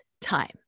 time